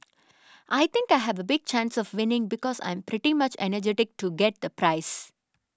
I think I have a big chance of winning because I'm pretty much energetic to get the prize